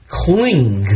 cling